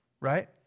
right